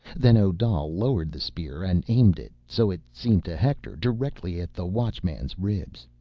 then, odal lowered the spear and aimed it so it seemed to hector directly at the watchman's ribs.